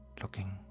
looking